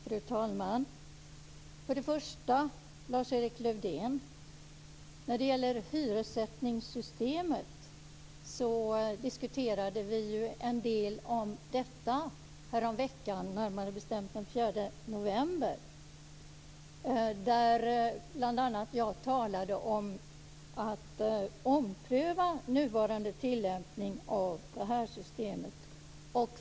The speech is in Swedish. Fru talman! Vi diskuterade ju en del om hyressättningssystemet häromveckan, närmare bestämt den 4 november, Lars-Erik Lövdén. Där talade jag bl.a. om att ompröva nuvarande tillämpning av det här systemet.